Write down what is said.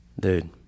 Dude